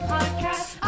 Podcast